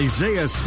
Isaiah